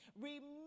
Remember